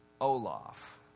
Olaf